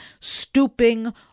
stooping